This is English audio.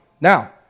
Now